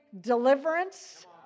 deliverance